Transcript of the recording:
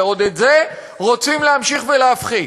ואת זה עוד רוצים להמשך ולהפחית.